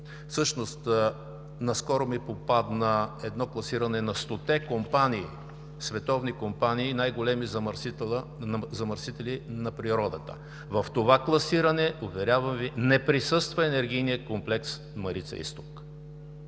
квоти. Наскоро ми попадна едно класиране на стоте световни компании, най-големи замърсители на природата. В това класиране, уверявам Ви, не присъства Енергийният комплекс „Марица изток“,